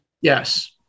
Yes